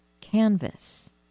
canvas